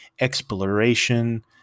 exploration